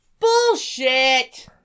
Bullshit